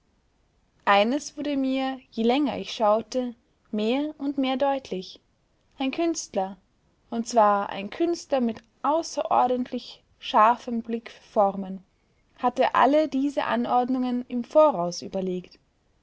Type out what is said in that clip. eines wurde mir je länger ich schaute mehr und mehr deutlich ein künstler und zwar ein künstler mit außerordentlich scharfem blick für formen hatte alle diese anordnungen im voraus überlegt